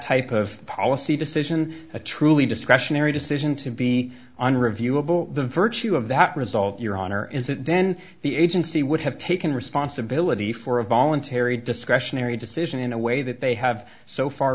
type of policy decision a truly discretionary decision to be on reviewable the virtue of that result your honor is that then the agency would have taken responsibility for a voluntary discretionary decision in a way that they have so far